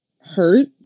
hurt